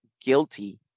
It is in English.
guilty